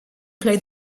played